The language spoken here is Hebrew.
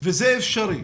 וזה אפשרי.